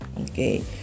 okay